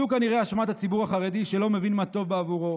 זו כנראה אשמת הציבור החרדי שלא מבין מה טוב בעבורו,